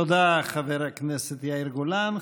תודה, חבר הכנסת יאיר גולן.